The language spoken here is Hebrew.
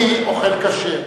אני אוכל כשר.